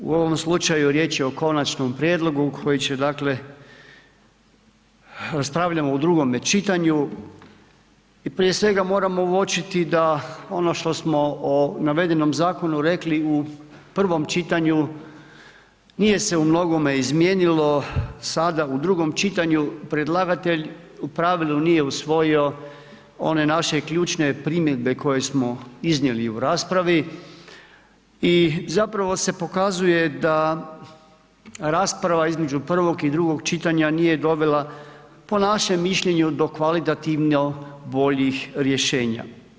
U ovom slučaju riječ je o konačnom prijedlogu, koji će dakle, raspravljamo o drugome čitanju i prije svega moramo uočiti da ono što smo u navedenom zakonu rekli u prvom čitanju, nije se u mnogome izmijenilo, sada u drugom čitanju, predlagatelj u pravilu nije usvojio one naše ključne primjedbe koje smo iznijeli u raspravi i zapravo se pokazuje da rasprava između 1. i 2. čitanja nije dovela po našem mišljenju do kvalitativno boljih rješenja.